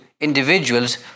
individuals